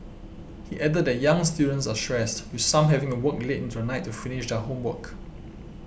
he added that young students are stressed with some having to work late into the night to finish their homework